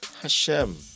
Hashem